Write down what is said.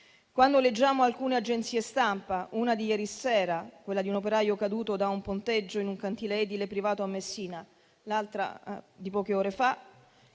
Quando leggiamo alcune agenzie stampa - è di ieri sera quella di un operaio caduto da un ponteggio in un cantiere edile privato a Messina ed è di poche ore fa